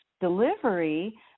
delivery